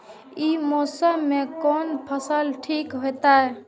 ई मौसम में कोन फसल ठीक होते?